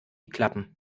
klappen